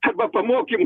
arba pamokymų